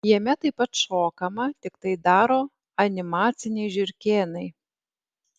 jame taip pat šokama tik tai daro animaciniai žiurkėnai